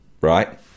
Right